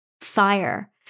fire